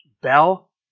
Bell